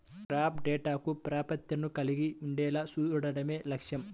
crop డేటాకు ప్రాప్యతను కలిగి ఉండేలా చూడడమే లక్ష్యం